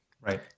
Right